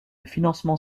financement